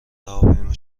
هواپیما